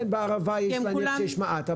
כן, בערבה יש להניח שיש מעט.